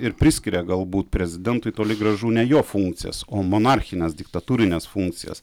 ir priskiria galbūt prezidentui toli gražu ne jo funkcijas o monarchines diktatūrines funkcijas